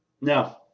No